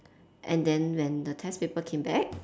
and then when the test paper came back